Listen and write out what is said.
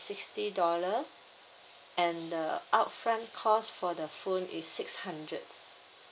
sixty dollar and the upfront cost for the phone is six hundreds